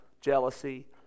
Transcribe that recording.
jealousy